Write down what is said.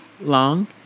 Long